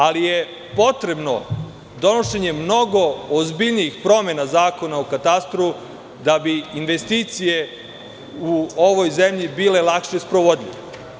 Ali, potrebno je donošenje mnogo ozbiljnijih promena Zakona o katastru, da bi investicije u ovoj zemlji bile lakše sprovodive.